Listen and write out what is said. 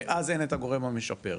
ואז אין גורם משפר.